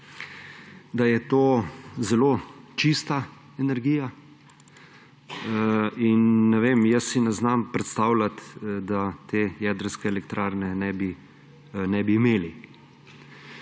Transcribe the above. da je to zelo čista energija, in ne vem, jaz si ne znam predstavljati, da te jedrske elektrarne ne bi imeli.